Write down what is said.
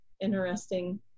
interesting